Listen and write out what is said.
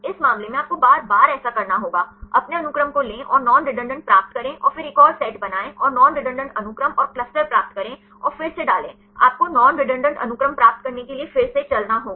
इस मामले में आपको बार बार ऐसा करना होगा अपने अनुक्रम को लें और नॉन रेडंडान्त प्राप्त करें और फिर एक और सेट बनाएं और नॉन रेडंडान्त अनुक्रम और क्लस्टर प्राप्त करें और फिर से डालें आपको नॉन रेडंडान्त अनुक्रम प्राप्त करने के लिए फिर से चलना होगा